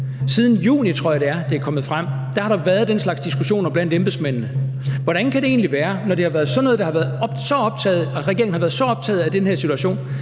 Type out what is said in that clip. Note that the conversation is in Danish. Siden juni, tror jeg det er kommet frem, har der været den slags diskussioner blandt embedsmændene. Når regeringen har været så optaget af den her situation,